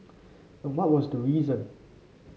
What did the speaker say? and what was the reason